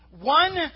one